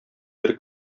бер